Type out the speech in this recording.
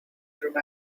through